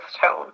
tone